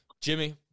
Jimmy